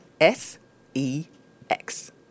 S-E-X